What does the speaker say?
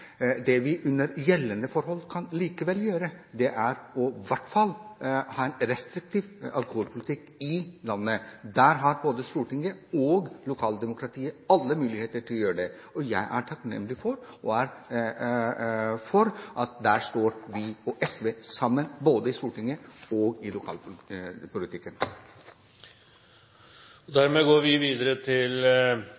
Det vi under gjeldende forhold kan gjøre, er i hvert fall å ha en restriktiv alkoholpolitikk i landet, og det har både Stortinget og lokaldemokratiet alle muligheter til. Jeg er takknemlig for at her står SV sammen, både i Stortinget og i lokalpolitikken. Replikkordskiftet er omme. Når vi endrar ordbruk og